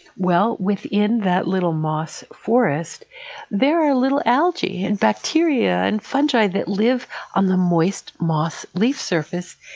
well, within that little moss forest there are little algae, and bacteria, and fungi that live on the moist moss leaf surface,